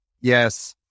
Yes